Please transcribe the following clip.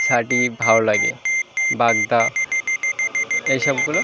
ছাটি ভালো লাগে বাগদা এই সবগুলো